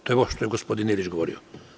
To je ovo što je gospodin Ilić govorio.